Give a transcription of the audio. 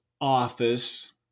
office